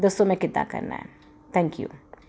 ਦੱਸੋ ਮੈਂ ਕਿੱਦਾਂ ਕਰਨਾ ਥੈਂਕ ਯੂ